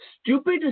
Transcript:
Stupid